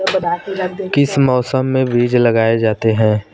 किस मौसम में बीज लगाए जाते हैं?